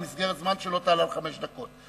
במסגרת זמן שלא תעלה על חמש דקות.